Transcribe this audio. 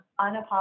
unapologetic